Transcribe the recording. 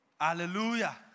Hallelujah